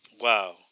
wow